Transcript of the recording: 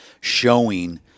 showing